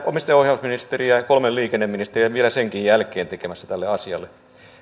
omistajaohjausministeriä ja kolme liikenneministeriä vielä senkin jälkeen tekemässä jotain tälle asialle